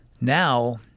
Now